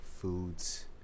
Foods